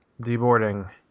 deboarding